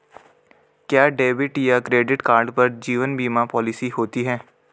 क्या डेबिट या credit card पर जीवन बीमा पॉलिसी होती है?